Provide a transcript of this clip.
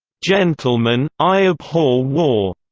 gentlemen, i abhor war.